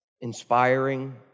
inspiring